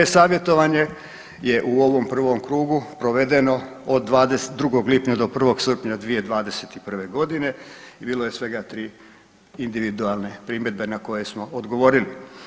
E-savjetovanje je u ovom prvom krugu provedeno od 22. lipnja 1. srpnja 2021. godine i bilo je svega tri individualne primjedbe na koje smo odgovorili.